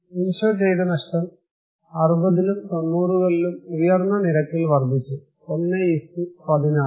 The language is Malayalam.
ഇൻഷ്വർ ചെയ്ത നഷ്ടം 60 90 കളിൽ ഉയർന്ന നിരക്കിൽ വർദ്ധിച്ചു 116